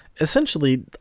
Essentially